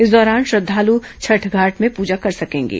इस दौरान श्रद्धाल् छठ घाट भें पूजा कर सकेंगे